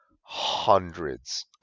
hundreds